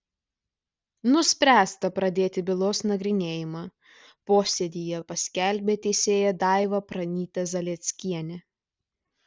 nuspręsta pradėti bylos nagrinėjimą posėdyje paskelbė teisėja daiva pranytė zalieckienė